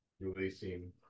releasing